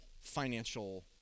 financial